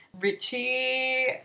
Richie